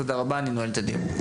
תודה רבה, אני נועל את הדיון.